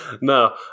No